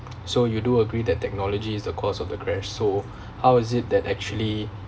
so you do agree that technology is the cause of the crash so how is it that actually